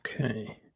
Okay